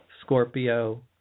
Scorpio